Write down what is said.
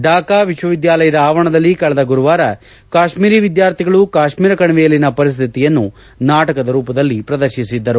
ಢಾಕಾ ವಿಶ್ವವಿದ್ವಾಲಯದ ಆವರಣದಲ್ಲಿ ಕಳೆದ ಗುರುವಾರ ಕಾಶ್ವೀರಿ ವಿದ್ವಾರ್ಥಿಗಳು ಕಾಶ್ವೀರ ಕಣಿವೆಯಲ್ಲಿನ ಪರಿಸ್ಥಿತಿಯನ್ನು ನಾಟಕದ ರೂಪದಲ್ಲಿ ಪ್ರದರ್ಶಿಸಿದ್ದರು